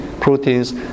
proteins